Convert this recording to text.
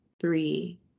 three